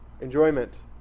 enjoyment